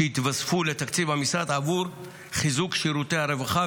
שהתווספו לתקציב המשרד בעבור חיזוק שירותי הרווחה,